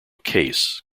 case